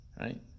Right